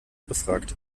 befragt